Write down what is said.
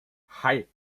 hei